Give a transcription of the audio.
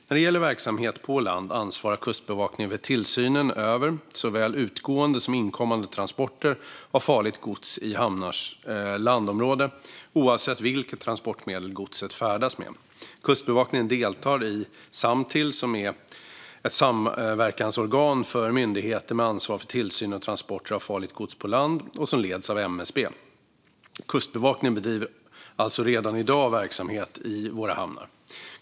När det gäller verksamhet på land ansvarar Kustbevakningen för tillsynen över såväl utgående som inkommande transporter av farligt gods i hamnars landområde, oavsett vilket transportmedel godset färdas med. Kustbevakningen deltar i Samtill som är ett samverkansorgan för myndigheter med ansvar för tillsyn av transporter av farligt gods på land och som leds av MSB. Kustbevakningen bedriver alltså redan i dag verksamhet i våra hamnar.